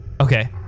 Okay